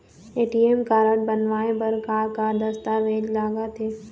ATM card बनवाए बर का का दस्तावेज लगथे?